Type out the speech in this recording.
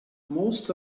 most